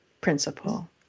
principle